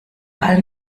allen